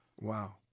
Wow